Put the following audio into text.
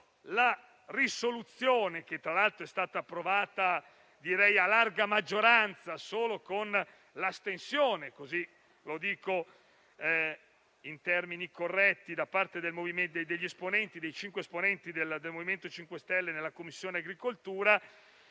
una risoluzione, che tra l'altro è stata approvata a larga maggioranza, con la sola astensione - lo dico in termini corretti - dei cinque esponenti del MoVimento 5 Stelle, in Commissione agricoltura.